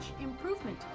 Improvement